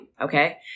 Okay